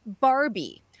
barbie